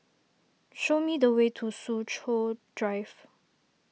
show me the way to Soo Chow Drive